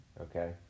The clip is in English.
okay